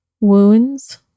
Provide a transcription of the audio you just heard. wounds